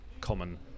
common